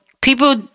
people